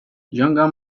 younger